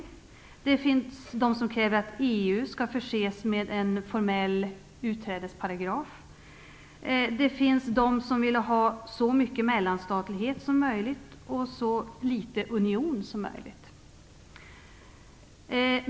Det finns de som kräver att EU skall förses med en formell utträdesparagraf. Det finns de som vill ha så mycket mellanstatlighet som möjligt och så litet union som möjligt.